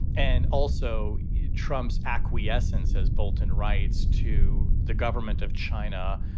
and also trump's acquiescence, says bolton writes to the government of china,